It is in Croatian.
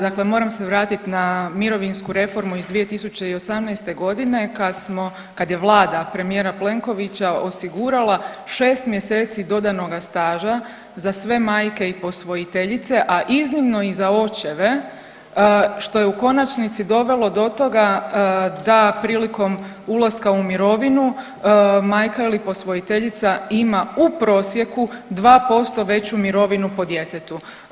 Dakle, moram se vratiti na mirovinsku reformu iz 2018.g. kad smo kad je vlada premijera Plenkovića osigurala šest mjeseci dodanoga staža za sve majke i posvojiteljice, a iznimno i za očeve što je u konačnici dovelo do toga da prilikom ulaska u mirovinu majka ili posvojiteljica ima u prosjeku 2% veću mirovinu po djetetu.